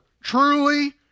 Truly